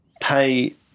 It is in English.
pay